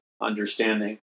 understanding